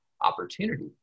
opportunity